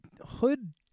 hood